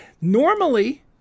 Normally